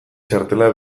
txartela